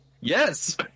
Yes